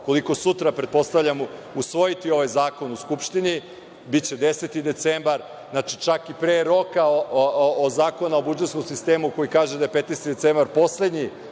koliko sutra pretpostavljamo, usvojiti ovaj zakon u Skupštini, biće 10. decembar, znači čak i pre roka Zakona o budžetskom sistemu koji kaže da je 15. decembar poslednji